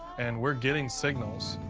and we're getting signals,